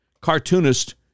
cartoonist